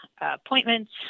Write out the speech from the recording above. appointments